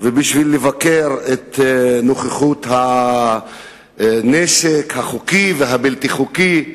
ומה היתה השחיטה של משפחה שלמה.